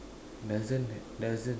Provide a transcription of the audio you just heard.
doesn't doesn't